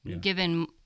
given